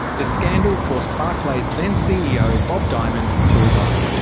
the scandal forced barclays' then-ceo bob diamond to resign.